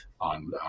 on